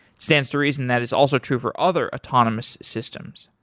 stands to reason that is also true for other autonomous systems,